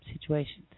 situations